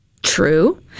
True